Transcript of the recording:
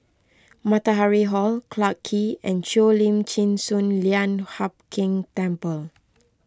Matahari Hall Clarke Quay and Cheo Lim Chin Sun Lian Hup Keng Temple